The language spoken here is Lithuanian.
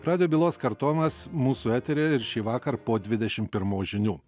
radijo bylos kartojimas mūsų eteryje ir šįvakar po dvidešimt pirmos žinių